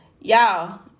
Y'all